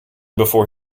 before